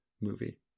movie